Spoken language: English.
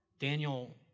Daniel